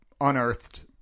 unearthed